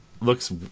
looks